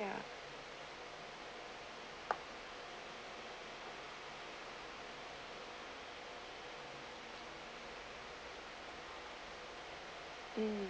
ya um